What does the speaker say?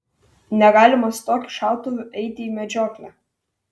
negalima su tokiu šautuvu eiti į medžioklę